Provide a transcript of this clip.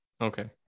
Okay